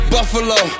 Buffalo